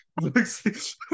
looks